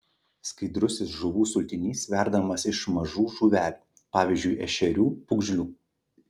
skaidrusis žuvų sultinys verdamas iš mažų žuvelių pavyzdžiui ešerių pūgžlių